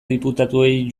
diputatuei